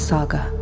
Saga